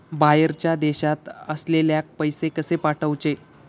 बाहेरच्या देशात असलेल्याक पैसे कसे पाठवचे?